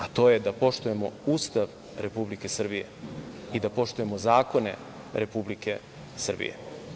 A, to je da poštujemo Ustav Republike Srbije i da poštujemo zakone Republike Srbije.